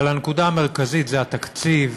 אבל הנקודה המרכזית היא התקציב,